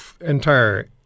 entire